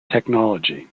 technology